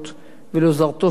ולעוזרתו שירה.